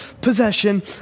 possession